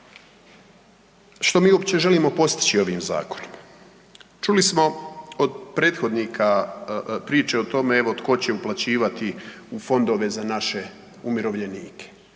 Što mi uopće želimo postići ovim zakonom? Čuli smo od prethodnika priče o tome evo tko će uplaćivati u fondove za naše umirovljenike,